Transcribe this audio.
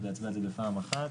כדי להצביע על זה בפעם אחת.